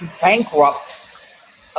bankrupt